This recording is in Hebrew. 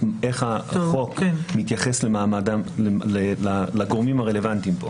איך החוק מתייחס לגורמים הרלוונטיים כאן.